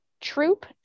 Troop